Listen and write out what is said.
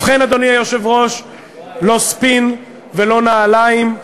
ובכן, אדוני היושב-ראש, לא ספין ולא נעליים,